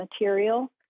material